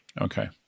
Okay